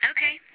Okay